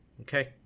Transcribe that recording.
Okay